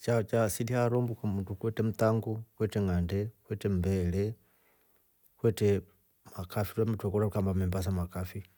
Chao cha asilihaa rombo kwetre mtango. kwetre umberee. kwetre makafi two twekora tuka amba memba sa makafi.